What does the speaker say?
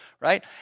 right